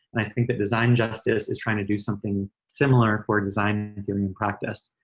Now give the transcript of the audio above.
and i think that design justice is trying to do something similar for design during practice.